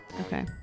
Okay